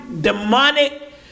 demonic